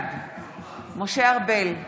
בעד משה ארבל,